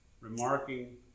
remarking